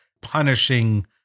punishing